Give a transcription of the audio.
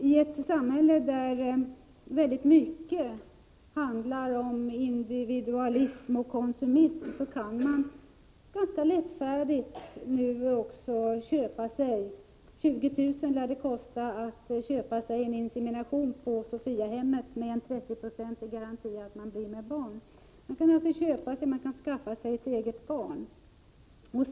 I ett samhälle där mycket handlar om individualism och konsumism kan man nu ganska lättfärdigt också köpa sig barn. Det lär kosta 20 000 kr. att köpa sig en insemination på Sofiahemmet med 30-procentig garanti för att bli med barn. Man kan alltså köpa sig ett eget barn.